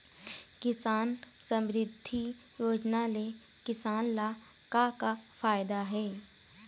किसान समरिद्धि योजना ले किसान ल का का फायदा हे?